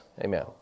Amen